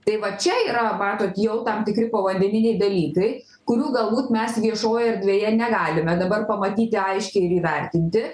tai va čia yra matot jau tam tikri povandeniniai dalykai kurių galbūt mes viešojoje erdvėje negalime dabar pamatyti aiškiai ir įvertinti